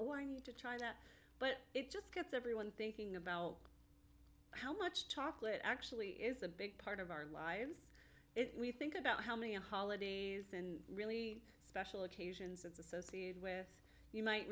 or i need to china but it just gets everyone thinking about how much chocolate actually is a big part of our lives it we think about how many holidays and really special occasions it's associated with you might